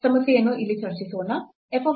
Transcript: ಸಮಸ್ಯೆಯನ್ನು ಇಲ್ಲಿ ಚರ್ಚಿಸೋಣ